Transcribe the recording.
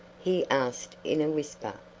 he asked in a whisper.